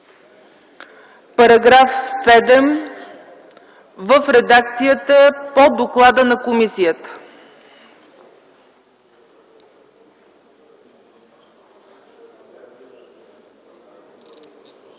§ 7 в редакцията по доклада на комисията.